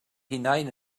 hunain